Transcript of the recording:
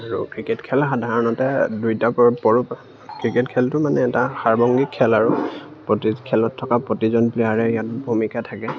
আৰু ক্ৰিকেট খেলা সাধাৰণতে ক্ৰিকেট খেলটো মানে এটা সাৰ্বংগিক খেল আৰু প্ৰতি খেলত থকা প্ৰতিজন প্লেয়াৰৰে ইয়াত ভূমিকা থাকে